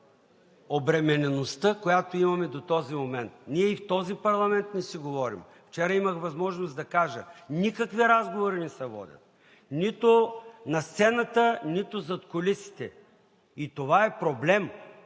обременеността, която имаме до този момент. Ние и в този парламент не си говорим. Вчера имах възможност да кажа: никакви разговори не се водят – нито на сцената, нито зад кулисите – и това е проблем.